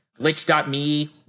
glitch.me